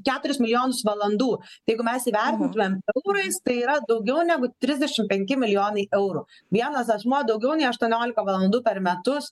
keturis milijonus valandų tai jeigu mes įvertintumėm eurais tai yra daugiau negu trisdešimt penki milijonai eurų vienas asmuo daugiau nei aštuoniolika valandų per metus